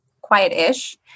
quiet-ish